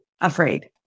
afraid